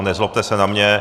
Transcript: Nezlobte se na mě!